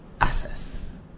access